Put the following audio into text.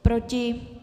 Proti?